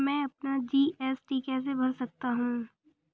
मैं अपना जी.एस.टी कैसे भर सकता हूँ?